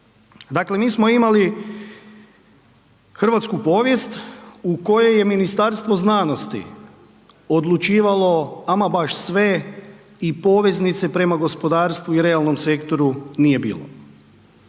Dakle, mi smo imali hrvatsku povijest u kojoj je Ministarstvo znanosti odlučivalo ama baš sve i poveznice prema gospodarstvu i realnom sektoru nije bilo.